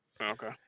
Okay